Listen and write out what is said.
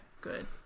good